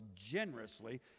generously